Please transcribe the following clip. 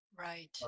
Right